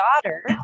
daughter